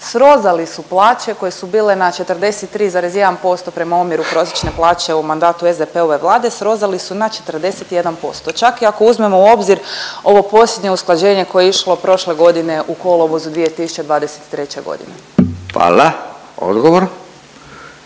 srozali su plaće koje su bile na 43,1% prema omjeru prosječne plaće u mandatu SDP-ove vlade srozali su na 41%, čak i ako uzmemo u obzir ovo posljednje usklađenje koje je išlo prošle godine u kolovozu 2023.g.? **Radin,